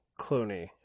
Clooney